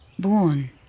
born